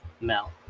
mel